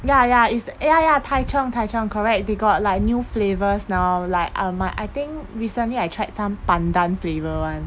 ya ya is eh ya ya taichung taichung correct they got like new flavours now like um I think recently I tried some pandan flavour one